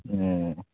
ꯑꯣ